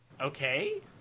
Okay